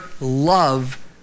love